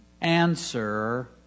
answer